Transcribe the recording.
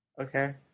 Okay